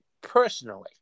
personally